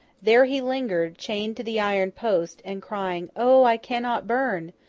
there he lingered, chained to the iron post, and crying, o! i cannot burn!